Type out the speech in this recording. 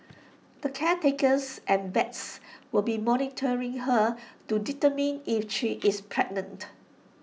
the caretakers and vets will be monitoring her to determine if she is pregnant